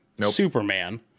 Superman